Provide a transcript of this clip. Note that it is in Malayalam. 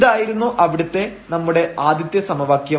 ഇതായിരുന്നു അവിടുത്തെ നമ്മുടെ ആദ്യത്തെ സമവാക്യം